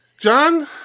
John